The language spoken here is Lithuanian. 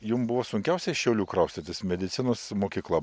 jum buvo sunkiausia iš šiaulių kraustytis medicinos mokykla